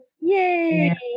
Yay